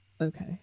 okay